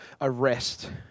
arrest